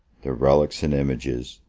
their relics and images,